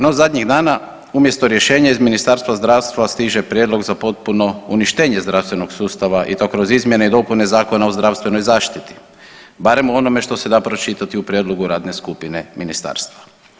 No zadnjih dana umjesto rješenja iz Ministarstva zdravstva stiže prijedlog za potpuno uništenje zdravstvenog sustava i to kroz izmjene i dopune Zakona o zdravstvenoj zaštiti, barem u onome što se da pročitati u prijedlogu Radne skupine Ministarstva.